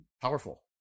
Powerful